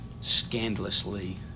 scandalously